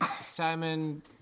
Simon